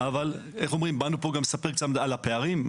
אבל באנו לפה לספר קצת על הפערים.